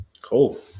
Cool